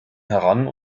heran